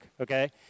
okay